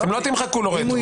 אתם לא תמחקו לו רטרואקטיבית.